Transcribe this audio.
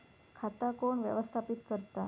खाता कोण व्यवस्थापित करता?